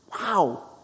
Wow